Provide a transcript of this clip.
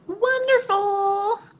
Wonderful